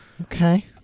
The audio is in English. Okay